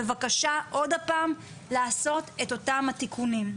בבקשה, עוד פעם, לעשות את אותם התיקונים.